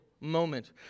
moment